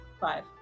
five